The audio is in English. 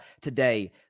today